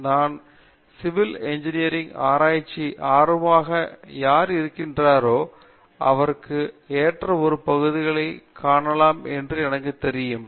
எனவே நான் civil engineering ஆராய்ச்சி ஆர்வமாக யார் இருக்கிறாரோ அவருக்கு ஏற்ற ஒரு பகுதி காணலாம் என்று எனக்கு தெரியும்